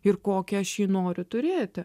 ir kokį aš jį noriu turėti